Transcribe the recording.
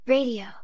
Radio